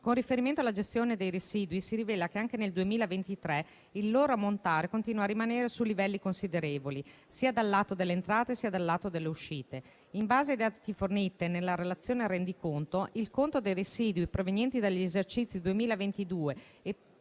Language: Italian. Con riferimento alla gestione dei residui, si rivela che anche nel 2023 il loro ammontare continua a rimanere su livelli considerevoli sia dal lato delle entrate, sia dal lato delle uscite. In base ai dati forniti nella relazione al rendiconto, il conto dei residui provenienti dagli esercizi 2022 e precedenti